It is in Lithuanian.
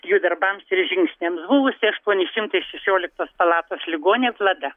jų darbams ir žingsniams buvusi aštuoni šimtai šešioliktos palatos ligonė vlada